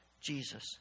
Jesus